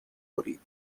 برید